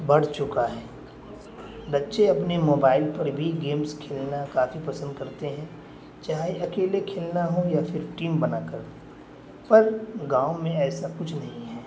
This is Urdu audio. بڑھ چکا ہے بچے اپنے موبائل پر بھی گیمس کھیلنا کافی پسند کرتے ہیں چاہے اکیلے کھیلنا ہو یا پھر ٹیم بنا کر پر گاؤں میں ایسا کچھ نہیں ہے